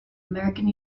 american